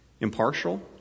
impartial